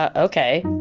ah ok.